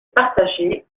partagé